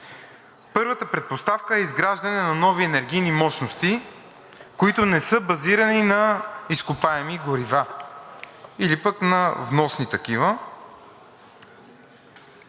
Първата предпоставка е изграждане на нови енергийни мощности, които не са базирани на изкопаеми горива или пък на вносни такива,